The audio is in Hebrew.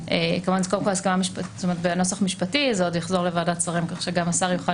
כמובן שזה נוסח משפטי וזה עוד יחזור לוועדת שרים כך שגם השר יוכל